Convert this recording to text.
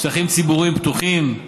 שטחים ציבוריים פתוחים,